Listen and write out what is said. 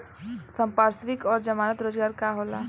संपार्श्विक और जमानत रोजगार का होला?